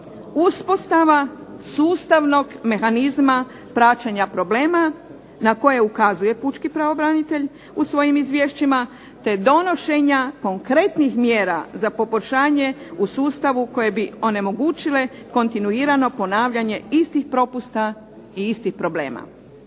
uspostava sustavnog mehanizma praćenja problema na koje ukazuje pučko pravobranitelj u svojim izvješćima te donošenja konkretnih mjera za poboljšanje u sustavu koje bi onemogućile kontinuirano ponavljanje istih propusta i istih problema.